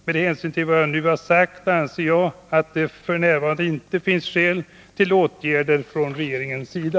Med hänsyn till vad jag nu har sagt anser jag att det f. n. inte finns skäl till åtgärder från regeringens sida.